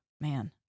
man